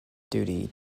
duty